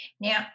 Now